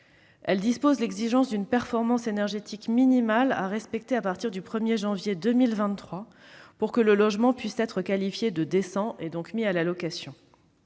elle fixe l'exigence d'une performance énergétique minimale à respecter à partir du 1 janvier 2023 pour que le logement puisse être qualifié de décent, et donc mis en location.